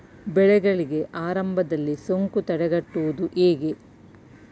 ಬೆಳೆಗಳಿಗೆ ಆರಂಭದಲ್ಲಿ ಸೋಂಕು ತಡೆಗಟ್ಟುವುದು ಹೇಗೆ?